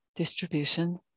Distribution